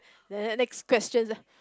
ne~ next question ah